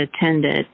attended